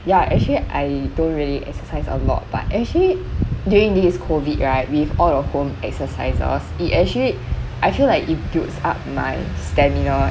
ya actually I don't really exercise a lot but actually during this COVID right with all at home exercises it actually I feel like it builds up my stamina